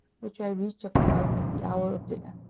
which i reached about the hour of dinner.